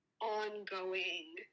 ongoing